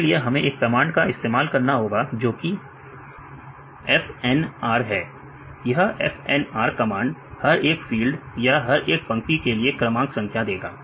इसके लिए हमें एक कमांड का इस्तेमाल करना होगा जोकि FNR है यह FNR कमांड हर एक फील्ड् या हर एक पंक्ति के लिए क्रमांक संख्या देगा